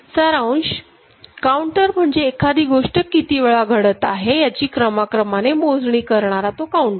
सारांश काउंटर म्हणजे एखादी गोष्ट किती वेळा घडत आहे याची क्रमाक्रमाने मोजणी करणारा तो काऊंटर